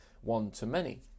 one-to-many